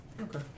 Okay